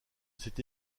cette